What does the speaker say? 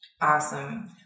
awesome